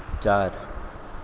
चार